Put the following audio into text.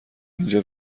اینجا